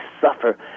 suffer